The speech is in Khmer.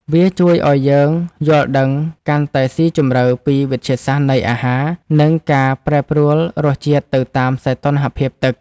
វាជួយឱ្យយើងយល់ដឹងកាន់តែស៊ីជម្រៅពីវិទ្យាសាស្ត្រនៃអាហារ និងការប្រែប្រួលរសជាតិទៅតាមសីតុណ្ហភាពទឹក។